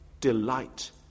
delight